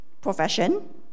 profession